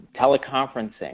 teleconferencing